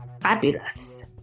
fabulous